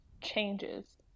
changes